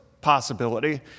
possibility